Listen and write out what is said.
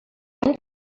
any